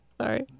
Sorry